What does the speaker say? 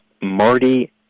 Marty